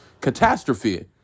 ...catastrophe